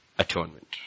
Atonement